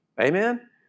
Amen